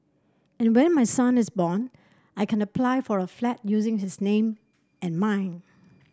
and when my son is born I can apply for a flat using his name and mine